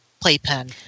playpen